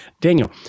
Daniel